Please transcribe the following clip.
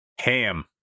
ham